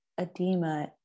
edema